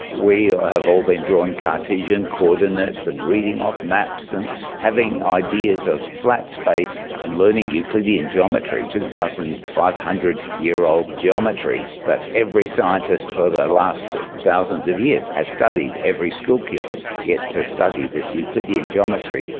we have all been drawing cartesian coordinates and reading off maps and having ideas of flat space and learning euclidean geometry, two thousand five hundred year old geometry that every scientist for the last thousands of years has studied, every school kid gets to study this euclidean geometry.